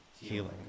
healing